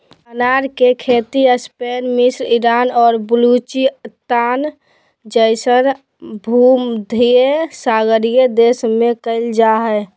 अनार के खेती स्पेन मिस्र ईरान और बलूचिस्तान जैसन भूमध्यसागरीय देश में कइल जा हइ